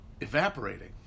evaporating